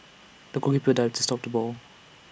the goalkeeper dived to stop the ball